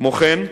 כמו כן,